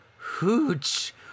Hooch